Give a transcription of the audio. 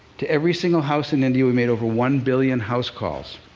to every single house in india. we made over one billion house calls.